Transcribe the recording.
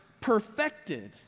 perfected